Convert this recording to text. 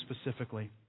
specifically